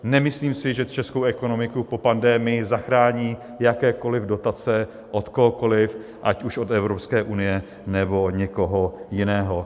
Nemyslím si, že českou ekonomiku po pandemii zachrání jakékoliv dotace od kohokoliv, ať už od EU, nebo od někoho jiného.